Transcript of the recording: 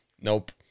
Nope